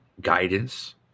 guidance